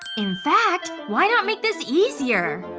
in fact, why not make this easier?